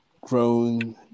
grown